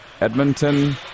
Edmonton